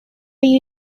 you